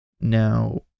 now